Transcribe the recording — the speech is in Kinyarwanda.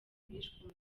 bishwe